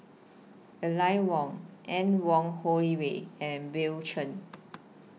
Aline Wong Anne Wong and Bill Chen